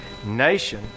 nation